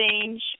change